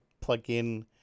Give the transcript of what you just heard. plug-in